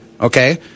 okay